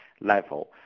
level